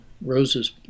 roses